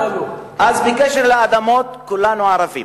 אז בקשר לאדמות, כולנו ערבים.